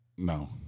No